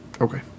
Okay